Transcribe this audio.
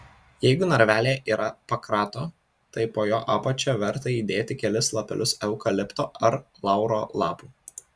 jeigu narvelyje yra pakrato tai po jo apačia verta įdėti kelis lapelius eukalipto ar lauro lapų